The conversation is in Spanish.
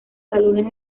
salones